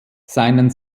seinen